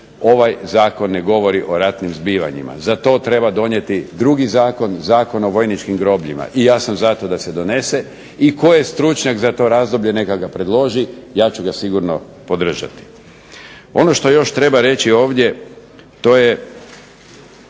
Ovaj zakon ne govori o ratnim zbivanjima, za to treba donijeti drugi zakon, Zakon o vojničkim grobljima, i ja sam za to da se donese, i tko je stručnjak za to razdoblje neka ga predloži, ja ću ga sigurno podržati. Ono što još treba reći ovdje to je